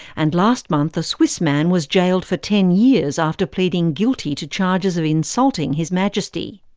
and last month a swiss man was jailed for ten years after pleading guilty to charges of insulting his majesty.